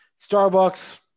Starbucks